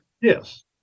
Yes